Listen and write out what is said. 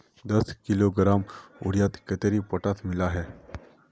दस किलोग्राम यूरियात कतेरी पोटास मिला हाँ?